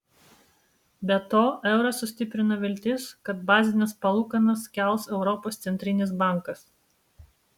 be to eurą sustiprino viltis kad bazines palūkanas kels europos centrinis bankas